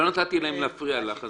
לא נתתי להם להפריע לך.